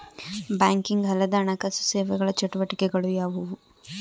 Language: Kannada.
ಬ್ಯಾಂಕಿಂಗ್ ಅಲ್ಲದ ಹಣಕಾಸು ಸೇವೆಗಳ ಚಟುವಟಿಕೆಗಳು ಯಾವುವು?